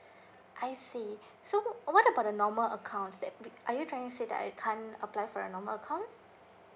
I see so what about the normal accounts that are you trying to say that I can't apply for a normal account